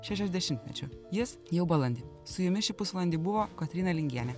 šešiasdešimtmečiu jis jau balandį su jumis šį pusvalandį buvo kotryna lingienė